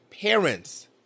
parents